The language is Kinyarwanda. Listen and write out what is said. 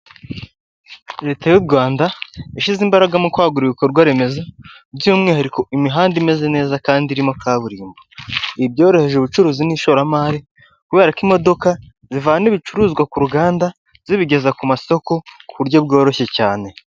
Leta y'u Rwanda, yashyize imbaraga mu kwagura ibikorwa remezo, by'umwihariko imihanda imeze neza kandi irimo kaburimbo. Ibi byoroheje ubucuruzi n'ishoramari kubera ko imodoka zivana ibicuruzwa ku ruganda zibigeza ku masoko, ku buryo bworoshye cyane.